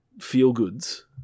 feel-goods